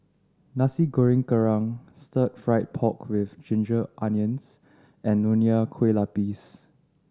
Nasi Goreng Kerang Stir Fried Pork With Ginger Onions and Nonya Kueh Lapis